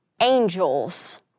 angels